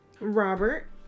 Robert